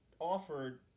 offered